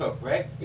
right